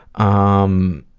um,